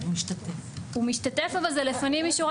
הוא משתתף אבל זה לפנים משורת הדין.